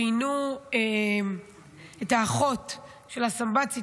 ראיינו את האחות של הסמב"צית,